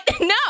No